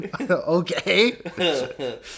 Okay